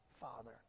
Father